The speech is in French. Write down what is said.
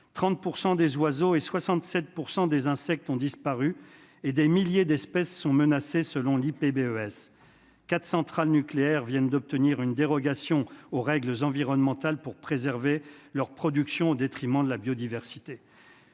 100 des oiseaux et 67 % des insectes ont disparu et des milliers d'espèces sont menacées, selon Lipper BES 4 centrales nucléaires viennent d'obtenir une dérogation aux règles environnementales pour préserver leur production au détriment de la biodiversité,